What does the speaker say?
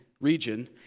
region